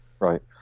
Right